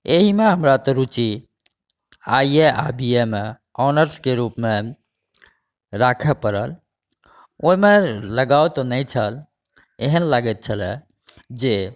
एहिमे हमरा तऽ रुचि आए ए आओर बी ए मे ऑनर्सके रूपमे राखै पड़ल ओहिमे लगाव तऽ नहि छल एहन लागैत छलै जे